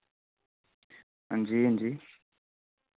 हांजी हांजी